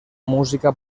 música